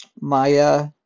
Maya